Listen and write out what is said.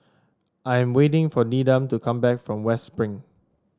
I'm waiting for Needham to come back from West Spring